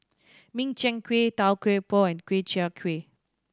Min Chiang Kueh Tau Kwa Pau and Ku Chai Kueh